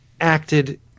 acted